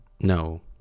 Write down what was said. no